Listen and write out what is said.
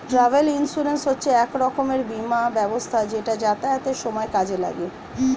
travel insurance হচ্ছে এক রকমের বীমা ব্যবস্থা যেটা যাতায়াতের সময় কাজে লাগে